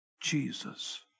Jesus